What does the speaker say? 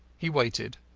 he waited,